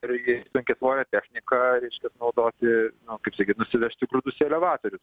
irgi ten kepovietė šneka reiškias naudoti nu kaip sakyt nusivežti grūdus elevatorių